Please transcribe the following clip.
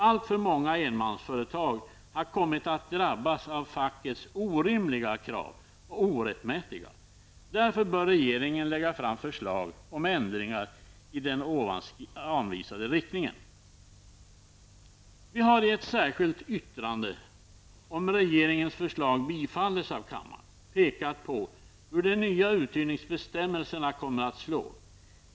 Alltför många enmansföretag har kommit att drabbas av fackets orimliga och orättmätiga krav. Därför bör regeringen lägga fram förslag om ändringar i den ovan anvisade riktningen. Vi har i ett särskilt yttrande -- om regeringens förslag bifalles av kammaren -- pekat på hur de nya uthyrningsbestämmelserna kommer att slå.